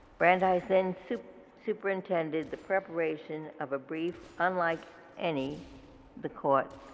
brandeis then super super intended the preparation of a brief unlike any the court